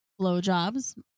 blowjobs